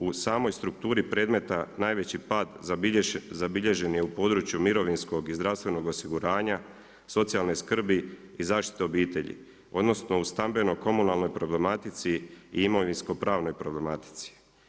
U samoj strukturi predmeta, najveći pad zabilježen je u području mirovinskog i zdravstvenog osiguranja, socijalne skrbi i zaštite obitelji, odnosno, u stambenoj komunalnoj problematici i imovinskoj pravnoj problematici.